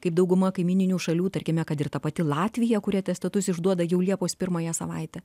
kaip dauguma kaimyninių šalių tarkime kad ir ta pati latvija kuri atestatus išduoda jau liepos pirmąją savaitę